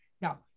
Now